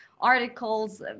articles